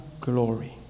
glory